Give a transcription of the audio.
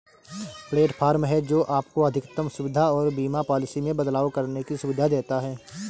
platform है, जो आपको अधिकतम सुविधा और बीमा पॉलिसी में बदलाव करने की सुविधा देता है